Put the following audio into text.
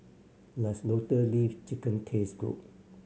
does Lotus Leaf Chicken taste good